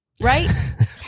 right